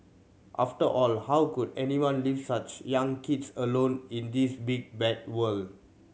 after all how could anyone leave such young kids alone in this big bad world